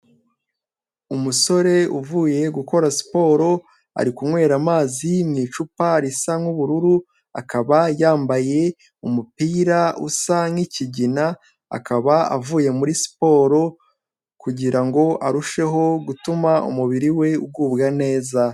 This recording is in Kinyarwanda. Umusore uvuye gukora siporo ari kunywera amazi mu icupa risa nk'ubururu, akaba yambaye umupira usa nk'ikigina akaba avuye muri siporo kugira ngo arusheho gutuma umubiri we ugubwa neza.